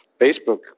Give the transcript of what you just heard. Facebook